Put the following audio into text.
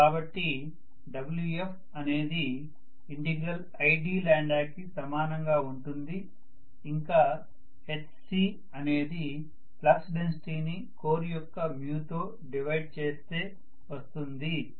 కాబట్టి Wf అనేది id కి సమానంగా ఉంటుంది ఇంకా Hc అనేది ఫ్లక్స్ డెన్సిటీ ని కోర్ యొక్క μ తో డివైడ్ చేస్తే వస్తుంది